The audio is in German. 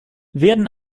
werden